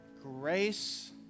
grace